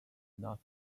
not